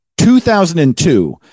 2002